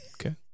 Okay